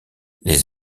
les